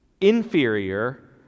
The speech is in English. inferior